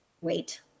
wait